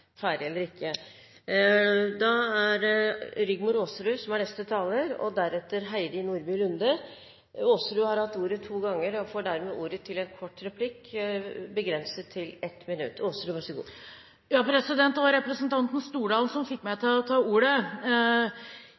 ferdig eller ikke. Representanten Rigmor Aasrud har hatt ordet to ganger tidligere og får dermed ordet til en kort merknad, begrenset til 1 minutt. Det var representanten Stordalen som fikk meg til å ta ordet.